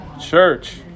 church